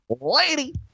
lady